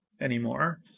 anymore